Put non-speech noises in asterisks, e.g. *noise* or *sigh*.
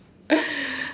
*noise*